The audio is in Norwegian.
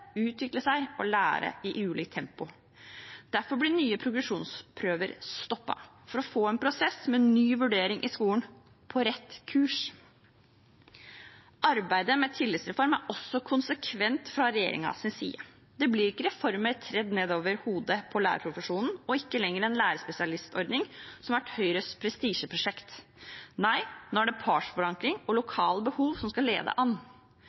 utvikle seg og lære i ulikt tempo. Derfor blir nye progresjonsprøver stoppet, for å få en prosess med ny vurdering i skolen på rett kurs. Arbeidet med tillitsreform er også konsekvent fra regjeringens side. Det blir ikke reformer tredd nedover hodet på lærerprofesjonen og ikke lenger en lærerspesialistordning, som har vært Høyres prestisjeprosjekt. Nei, nå er det partsforankring og lokale behov som skal lede an.